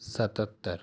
ستتر